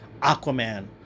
Aquaman